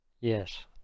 Yes